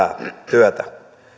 työtä